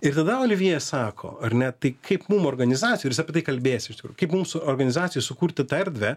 ir tada olivjė sako ar ne tai kaip mum organizacijoj ir jis apie tai kalbės iš tikrųjų kaip mūsų organizacijoj sukurti tą erdvę